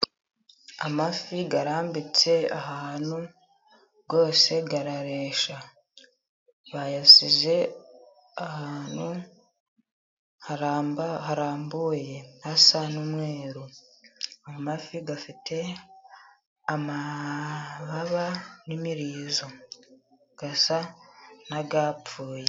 Amafi arambitse ahantu yose arareshya, bayasize ahantu harambuye hasa n'umweru. Amafi afite amababa n'imiririzo, asa n'ayapfuye.